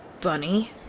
Bunny